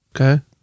okay